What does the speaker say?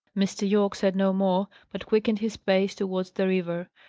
mr. yorke said no more, but quickened his pace towards the river.